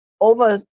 over